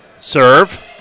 Serve